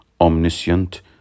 omniscient